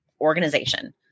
organization